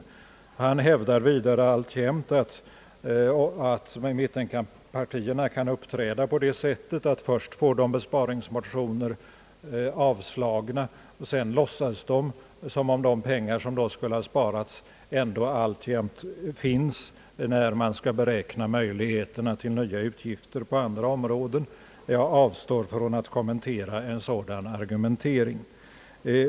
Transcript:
Herr Sundin hävdar vidare alltjämt att mittenpartierna kan uppträda på det sättet, att de först får besparingsmotioner avslagna och sedan låtsas som om de pengar, som skulle ha sparats om motionerna bifallits, ändå finns kvar när man skall bedöma möjligheterna till nya utgifter på andra områden. Jag avstår från att kommentera en sådan argumentering.